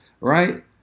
right